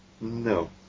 No